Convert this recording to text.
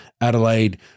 Adelaide